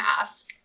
ask